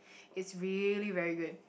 it's really very good